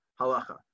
halacha